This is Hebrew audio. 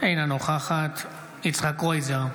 אינה נוכחת יצחק קרויזר,